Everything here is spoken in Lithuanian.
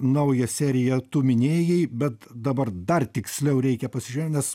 naują seriją tu minėjai bet dabar dar tiksliau reikia pasižiūrėt nes